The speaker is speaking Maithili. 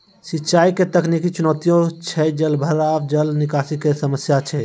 सिंचाई के तकनीकी चुनौतियां छै जलभराव, जल निकासी के समस्या छै